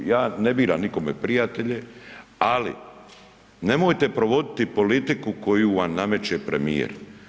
Ja ne biram nikome prijatelje, ali nemojte provoditi politiku koju vam nameće premijer.